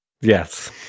yes